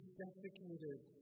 desiccated